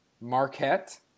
Marquette